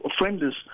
offenders